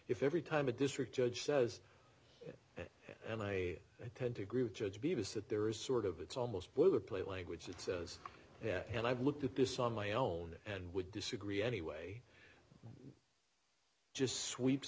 if every time a district judge says and i tend to agree with judge beavis that there is sort of it's almost bluer play language that says and i've looked at this on my own and would disagree anyway just sweep